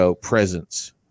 presence